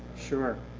sure.